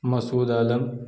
مسعود عالم